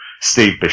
Steve